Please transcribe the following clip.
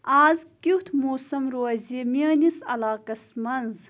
اَز کٮُ۪تھ موسم روزِ میٛٲنِس علاقس منٛز